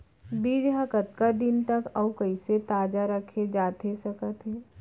बीज ह कतका दिन तक अऊ कइसे ताजा रखे जाथे सकत हे?